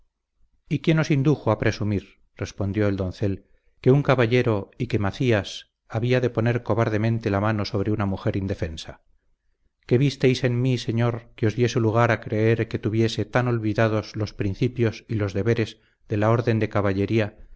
y quién os indujo a presumir respondió el doncel que un caballero y que macías había de poner cobardemente la mano sobre una mujer indefensa qué visteis en mí señor que os diese lugar a creer que tuviese tan olvidados los principios y los deberes de la orden de caballería